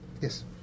yes